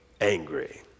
angry